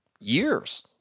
years